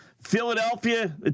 Philadelphia